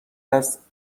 است